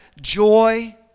joy